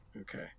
Okay